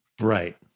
Right